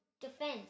defense